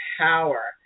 power